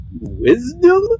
wisdom